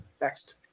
Next